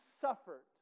suffered